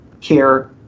care